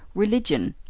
religion,